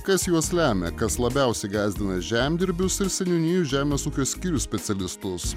kas juos lemia kas labiausiai gąsdina žemdirbius ir seniūnijų žemės ūkio skyrių specialistus